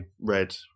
read